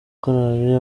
chorale